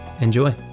Enjoy